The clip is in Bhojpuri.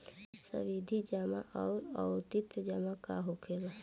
सावधि जमा आउर आवर्ती जमा का होखेला?